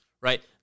Right